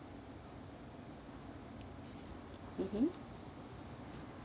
mmhmm